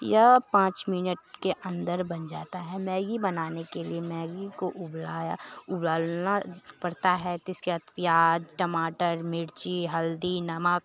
यह पाँच मिनट के अंदर बन जाता है मैगी बनाने के लिए मैगी को उबलाया उबालना पड़ता है तो इसको बाद प्याज टमाटर मिर्ची हल्दी नमक